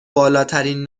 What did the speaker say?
بالاترین